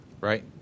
Right